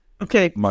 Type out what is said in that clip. okay